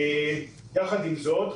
יחד עם זאת,